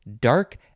dark